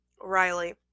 Riley